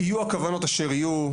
יהיו הכוונות אשר יהיו,